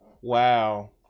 wow